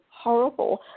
horrible